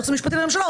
הייעוץ המשפטי לממשלה,